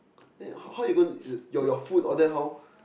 then how how you going to eat your your food all that how